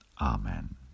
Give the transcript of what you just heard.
Amen